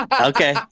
Okay